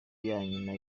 yanyuma